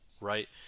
right